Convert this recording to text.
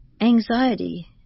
Anxiety